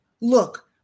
Look